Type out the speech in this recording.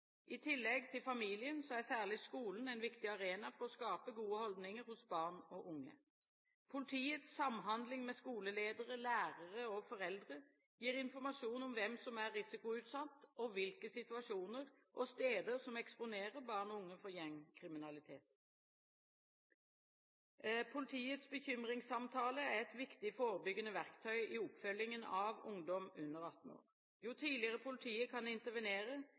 I tillegg til familien er særlig skolen en viktig arena for å skape gode holdninger hos barn og unge. Politiets samhandling med skoleledere, lærere og foreldre gir informasjon om hvem som er risikoutsatt, og hvilke situasjoner og steder som eksponerer barn og unge for gjengmentalitet. Politiets bekymringssamtale er et viktig forebyggende verktøy i oppfølgingen av ungdom under 18 år. Jo tidligere politiet kan intervenere,